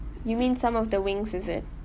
you mean some of the wings is it